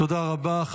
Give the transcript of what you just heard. תודה רבה.